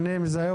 אי אפשר